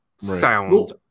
sound